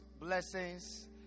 blessings